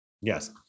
yes